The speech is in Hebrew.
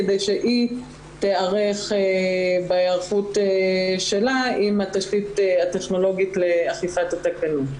כדי שהיא תיערך בהיערכות שלה עם התשתית הטכנולוגית לאכיפת התקנות.